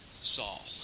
Saul